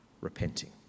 repenting